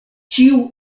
ĉiu